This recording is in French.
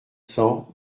cents